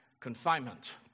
confinement